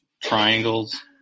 triangles